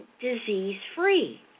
disease-free